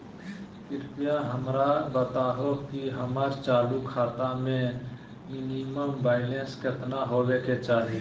कृपया हमरा बताहो कि हमर चालू खाता मे मिनिमम बैलेंस केतना होबे के चाही